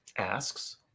asks